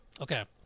Okay